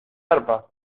arpa